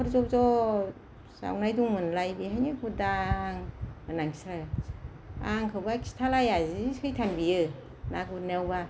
हाख'र जब जब जावनाय दंमोनलाय बेवहायनो गुरदां होननानै खिन्थाबाय आंखौबा खिथालाया जि सैथान बियो ना गुरनायावबा